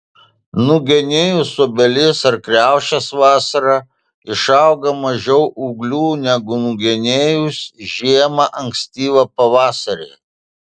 nugenėjus obelis ar kriaušes vasarą išauga mažiau ūglių negu nugenėjus žiemą ankstyvą pavasarį